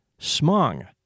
Smong